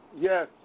Yes